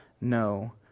no